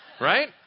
right